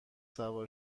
سوار